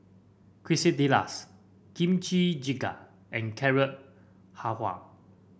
Quesadillas Kimchi Jjigae and Carrot Halwa